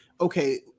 okay